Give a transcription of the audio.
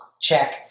check